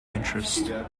interest